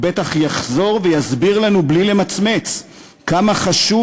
והוא בטח יחזור ויסביר לנו בלי למצמץ כמה חשוב